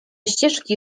ścieżki